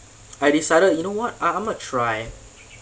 I decided you know what I I'mma try